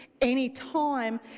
anytime